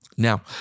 Now